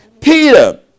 Peter